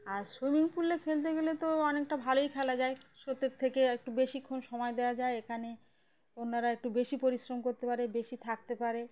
আর swimming পুলে খেলতে গেলে তো অনেকটা ভালোই খেলা যায় স্রোতের থেকে একটু বেশিক্ষণ সময় দেওয়া যায় এখানে ওনারা একটু বেশি পরিশ্রম করতে পারে বেশি থাকতে পারে